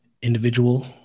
individual